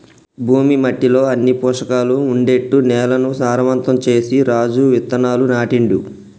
భూమి మట్టిలో అన్ని పోషకాలు ఉండేట్టు నేలను సారవంతం చేసి రాజు విత్తనాలు నాటిండు